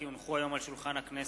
כי הונחו היום על שולחן הכנסת,